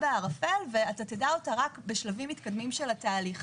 בערפל ואתה תדע אותה רק בשלבים מתקדמים של התהליך.